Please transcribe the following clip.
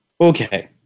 okay